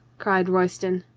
cried royston.